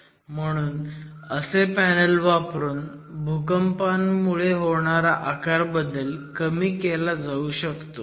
म्हणून असे पॅनल वापरून भूकंपामुळे होणारा आकारबदल कमी केला जाऊ शकतो